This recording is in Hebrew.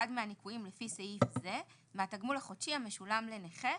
מהניכויים לפי סעיף זה מהתגמול החודשי המשולם לנכה".